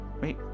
wait